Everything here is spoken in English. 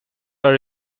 are